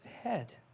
head